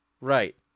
Right